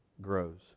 grows